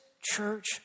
church